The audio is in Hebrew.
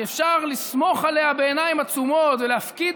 שאפשר לסמוך עליה בעיניים עצומות ולהפקיד